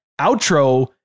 outro